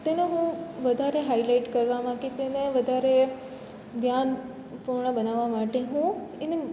તેને હું વધારે હાઇલાઇટ કરવામાં કે તેને વધારે ધ્યાનપૂર્ણ બનાવવા માટે હું એને